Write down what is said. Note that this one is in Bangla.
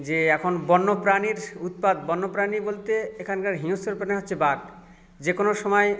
যে এখন বন্যপ্রাণীর উৎপাত বন্যপ্রাণী বলতে এখানকার হিংস্র প্রাণী হচ্ছে বাঘ যে কোনো সময়